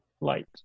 light